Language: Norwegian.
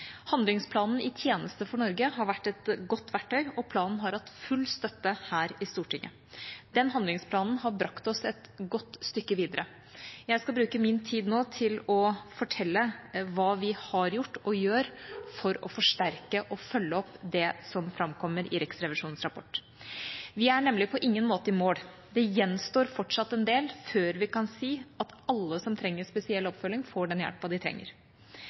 Handlingsplanen «I tjeneste for Norge» har vært et godt verktøy, og planen har hatt full støtte her i Stortinget. Denne handlingsplanen har brakt oss et godt stykke videre. Jeg skal bruke min tid nå til å fortelle hva vi har gjort, og gjør, for å forsterke og følge opp det som framkommer i Riksrevisjonens rapport. Vi er nemlig på ingen måte i mål. Det gjenstår fortsatt en del før vi kan si at alle som trenger spesiell oppfølging, får den hjelpen de trenger.